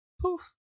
poof